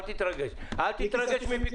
אל תתרגש מביקורת.